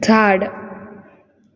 झाड